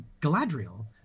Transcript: Galadriel